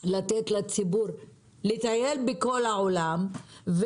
לתת לציבור לטייל בכל העולם,